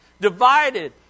Divided